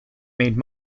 made